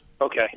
Okay